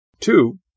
Two